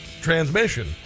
transmission